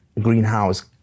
greenhouse